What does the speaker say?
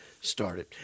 started